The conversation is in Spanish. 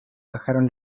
bajaron